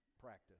practice